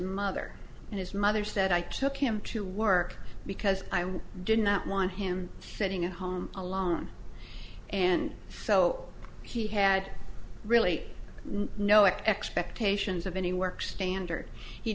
mother and his mother said i took him to work because i am did not want him sitting at home alone and felt he had really no expectations of any work standard he